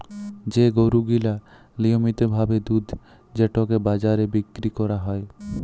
যে গরু গিলা লিয়মিত ভাবে দুধ যেটকে বাজারে বিক্কিরি ক্যরা হ্যয়